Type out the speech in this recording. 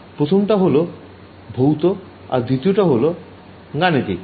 প্রথমটা হল ভৌত আর দ্বিতীয়টা হল গাণিতিক